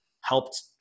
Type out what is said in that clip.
helped